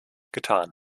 getan